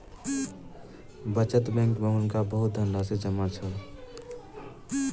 बचत बैंक में हुनका बहुत धनराशि जमा छल